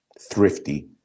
thrifty